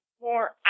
more